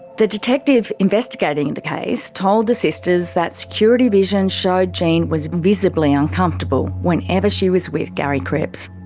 the detective investigating and the case told the sisters that security vision showed jenny was visibly uncomfortable whenever she was with gary cripps.